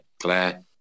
Claire